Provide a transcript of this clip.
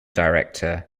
director